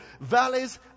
valleys